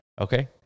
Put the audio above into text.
Okay